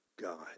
God